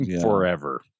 forever